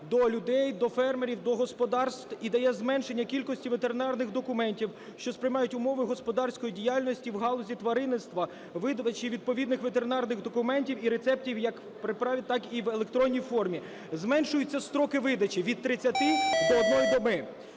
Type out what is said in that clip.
до людей, до фермерів, до господарств і дає зменшення кількості ветеринарних документів, що сприймають умови господарської діяльності в галузі тваринництва, видачі відповідних ветеринарних документів і рецептів, як в паперовій, так і в електронній формі. Зменшуються строки видачі від 30 до 1 доби.